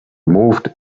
moved